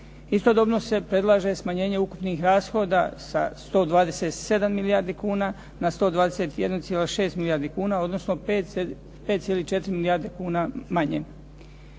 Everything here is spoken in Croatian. Istodobno se predlaže smanjenje ukupnih rashoda sa 127 milijardi kuna na 121,6 milijardi kuna odnosno 5,4 milijarde kuna manje.